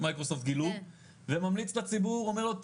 מייקרוסופט גילו וממליץ לציבור אומר לו,